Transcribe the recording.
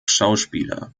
schauspieler